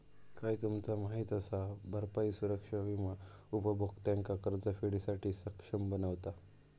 काय तुमचा माहित असा? भरपाई सुरक्षा विमा उपभोक्त्यांका कर्जफेडीसाठी सक्षम बनवता